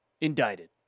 indicted